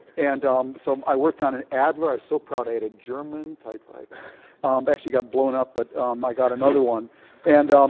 and um so i worked on an adler. i was so proud. i had a german typewriter. it actually got blown up, but um i got another one and um